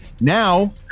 now